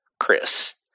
Chris